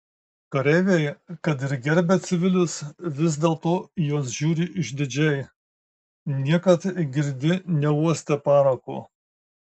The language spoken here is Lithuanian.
kareiviai kad ir gerbia civilius vis dėlto į juos žiūri išdidžiai niekad girdi neuostę parako